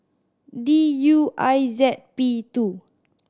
D U I Z P two